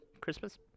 Christmas